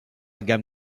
gamme